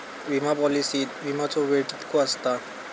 विमा पॉलिसीत विमाचो वेळ कीतको आसता?